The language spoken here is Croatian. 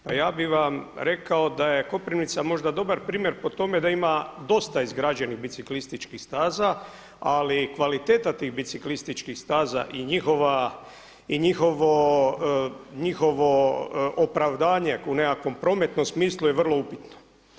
Pa ja bih vam rekao da je Koprivnica možda dobar primjer po tome da ima dosta izgrađenih biciklističkih staza ali kvaliteta tih biciklističkih staza i njihovo opravdanje u nekakvom prometnom smislu je vrlo upitno.